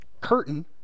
curtain